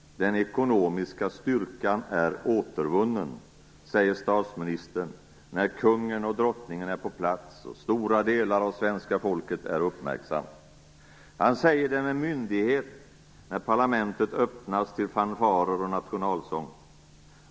Den ekonomiska styrkan är återvunnen, säger statsministern när Kungen och Drottningen är på plats och stora delar av svenska folket är uppmärksamt. Han säger det med myndighet när parlamentet öppnas till fanfarer och nationalsång.